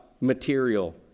material